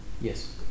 Yes